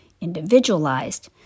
individualized